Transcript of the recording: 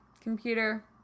Computer